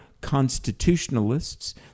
constitutionalists